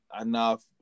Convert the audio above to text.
enough